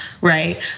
right